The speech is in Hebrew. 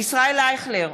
ישראל אייכלר,